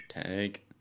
Tank